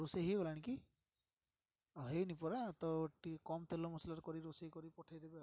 ରୋଷେଇ ହୋଇଗଲାଣି କି ହୋଇନି ପରା ତ ଟିକେ କମ୍ ତେଲ ମସଲାରେ କରି ରୋଷେଇ କରି ପଠେଇ ଦେବେ ଆଉ